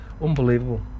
Unbelievable